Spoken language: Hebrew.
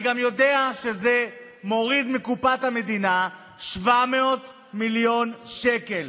אני גם יודע שזה מוריד מקופת המדינה 700 מיליון שקל.